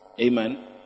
Amen